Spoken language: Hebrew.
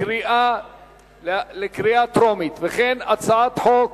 לקריאה טרומית, וכן הצעת חוק